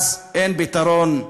אז אין פתרון,